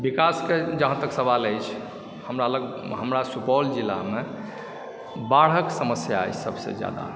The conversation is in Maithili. विकासके जहाँ धरि सवाल अछि हमरा लग हमरा सुपौल जिलामे बाढ़िके समस्या अछि सभसँ जादा